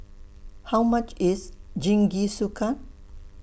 How much IS Jingisukan